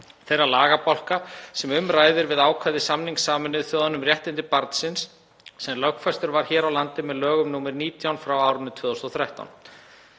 þeirra lagabálka sem um ræðir við ákvæði samnings Sameinuðu þjóðanna um réttindi barnsins sem lögfestur var hér á landi með lögum nr. 19/2013.